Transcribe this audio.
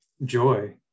joy